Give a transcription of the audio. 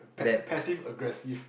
pa~ passive aggressive